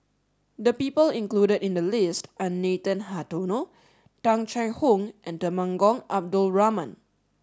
the people included in the list are Nathan Hartono Tung Chye Hong and Temenggong Abdul Rahman